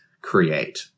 create